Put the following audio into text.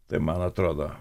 tai man atrodo